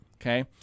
Okay